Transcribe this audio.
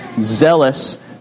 zealous